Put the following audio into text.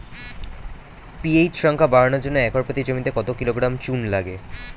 PH সংখ্যা বাড়ানোর জন্য একর প্রতি জমিতে কত কিলোগ্রাম চুন লাগে?